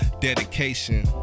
dedication